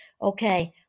Okay